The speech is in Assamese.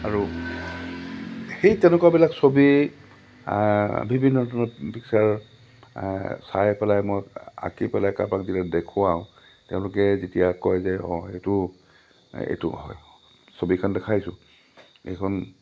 আৰু সেই তেনেকুৱাবিলাক ছবি বিভিন্ন ধৰণৰ পিক্সাৰ চাই পেলাই মই আঁকি পেলাই কাৰোবাক যেতিয়া দেখুৱাওঁ তেওঁলোকে যেতিয়া কয় যে অঁ সেইটো এইটো হয় ছবিখন দেখাইছোঁ এইখন